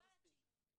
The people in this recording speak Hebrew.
שקובעת --- זה לא מספיק.